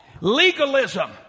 legalism